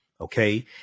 okay